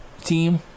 team